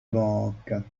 banques